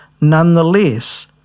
nonetheless